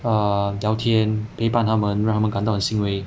err 聊天陪伴他们让他们感到很欣慰